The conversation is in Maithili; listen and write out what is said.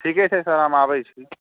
ठीके छै सर हम आबै छी